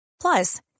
Plus